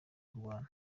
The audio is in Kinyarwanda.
kurwana